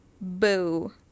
Boo